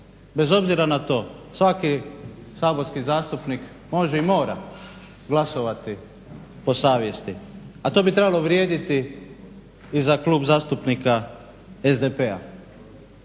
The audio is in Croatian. bez obzira na to svaki saborski zastupnik može i mora glasovati po savjesti, a to bi trebalo vrijediti i za Klub zastupnika SDP-a.